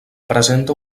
presenta